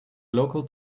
local